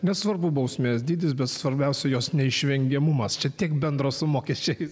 nesvarbu bausmės dydis bet svarbiausia jos neišvengiamumas ne tik bendro sumokės čekis